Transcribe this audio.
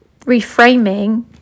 reframing